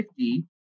50